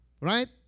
right